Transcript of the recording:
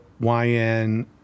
YN